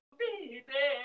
baby